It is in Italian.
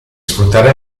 sfruttare